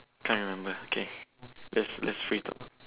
can't remember K let's let's free talk